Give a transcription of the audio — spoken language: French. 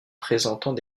présentant